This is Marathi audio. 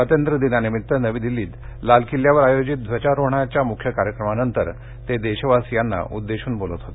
स्वातंत्र्य दिनानिमित्त नवी दिल्लीत लाल किल्ल्यावर आयोजित ध्वजारोहणाच्या मुख्य कार्यक्रमानंतर ते देशवासियाना उद्देशून बोलत होते